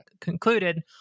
concluded